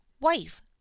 wife